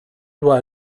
doit